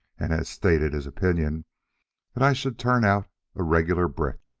and had stated his opinion that i should turn out a regular brick.